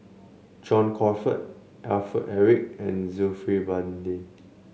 John Crawfurd Alfred Eric and Zulkifli Baharudin